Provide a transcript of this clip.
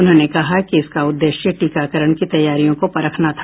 उन्होंने कहा कि इसका उद्देश्य टीकाकरण की तैयारियों को परखना था